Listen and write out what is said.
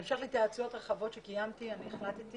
בהמשך להתייעצויות רחבות שקיימתי, החלטתי